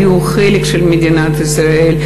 היו חלק של מדינת ישראל,